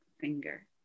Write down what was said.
finger